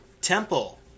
Temple